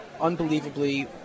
unbelievably